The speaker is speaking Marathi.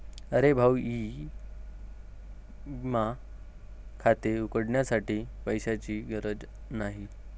अरे भाऊ ई विमा खाते उघडण्यासाठी पैशांची गरज नाही